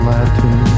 Latin